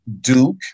Duke